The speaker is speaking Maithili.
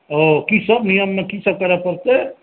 ओ नियममे की सभ नियममे की सभ करै पड़तै